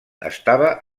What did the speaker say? estava